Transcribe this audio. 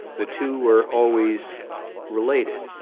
the two were always related.